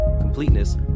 completeness